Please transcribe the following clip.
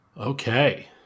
Okay